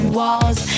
walls